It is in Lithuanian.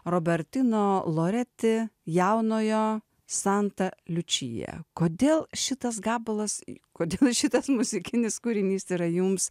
robertino loreti jaunojo santa liučija kodėl šitas gabalas į kodėl šitas muzikinis kūrinys yra jums